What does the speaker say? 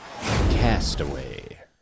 Castaway